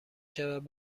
شود